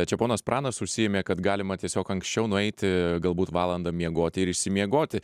čia ponas pranas užsiėmė kad galima tiesiog anksčiau nueiti galbūt valandą miegoti ir išsimiegoti